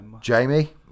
Jamie